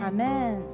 Amen